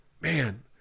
man